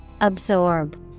Absorb